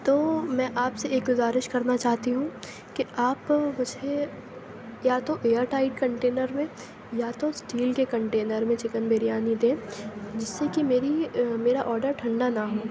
تو میں آپ سے ایک گزارش کرنا چاہتی ہوں کہ آپ مجھے یا تو ایئر ٹائٹ کنٹینر میں یا تو اسٹیل کے کنٹینر میں چکن بریانی دیں جس سے کہ میری میرا آڈر ٹھنڈا نا ہو